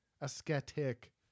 Ascetic